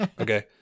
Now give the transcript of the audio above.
Okay